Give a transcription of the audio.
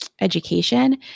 education